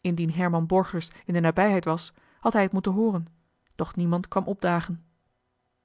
indien herman borgers in de nabijheid was had hij het moeten hooren doch niemand kwam opdagen